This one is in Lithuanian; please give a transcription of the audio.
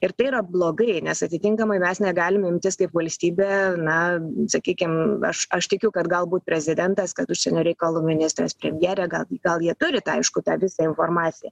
ir tai yra blogai nes atitinkamai mes negalim imtis kaip valstybė na sakykim aš aš tikiu kad galbūt prezidentas kad užsienio reikalų ministras premjerė gal gal jie turi tą aišku tą visą informaciją